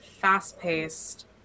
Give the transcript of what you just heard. fast-paced